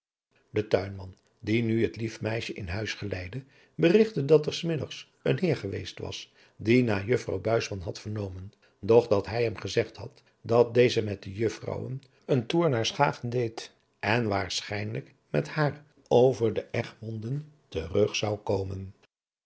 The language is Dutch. de tuinman die nu het lief meisje in huis geleidde berigtte dat er s middags een heer geweest was die naar juffrouw buisman had vernomen doch dat hij hem gezegd had dat deze met de juffrouwen een toer naar schagen deed en waarschijnlijk met haar over de egmonden terug zou komen